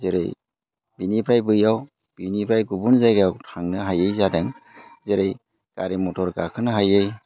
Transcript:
जेरै बिनिफ्राय बैयाव बिनिफ्राय गुबुन जायगायाव थांनो हायै जादों जेरै गारि मथर गाखोनो हायै